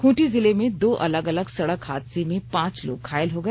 खूंटी जिले में दो अलग अलग सड़क हादसे में पांच लोग घायल हो गए